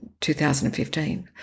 2015